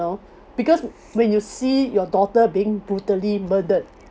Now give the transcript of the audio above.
because when you see your daughter being brutally murdered